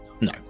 no